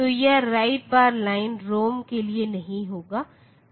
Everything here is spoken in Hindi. तो यह राइट बार लाइन रॉम के लिए नहीं होगा